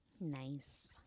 Nice